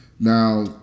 Now